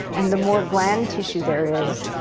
and the more gland tissue there is,